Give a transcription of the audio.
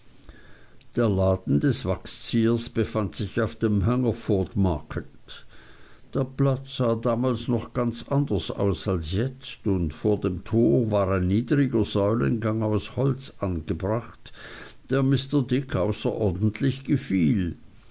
der laden des wachsziehers befand sich auf dem hungerfordmarkt der platz sah damals noch ganz anders aus als jetzt und vor dem tor war ein niedriger säulengang aus holz angebracht der mr dick außerordentlich gefiel